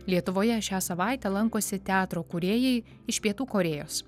lietuvoje šią savaitę lankosi teatro kūrėjai iš pietų korėjos